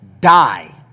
die